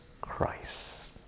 Christ